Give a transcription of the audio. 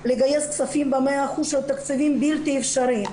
לגייס כספים ב-100% של התקציבים זה בלתי אפשרי.